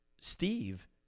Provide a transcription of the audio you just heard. Steve